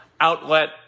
outlet